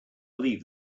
believe